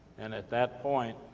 and at that point,